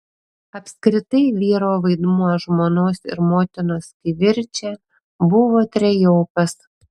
apskritai vyro vaidmuo žmonos ir motinos kivirče buvo trejopas